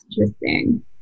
interesting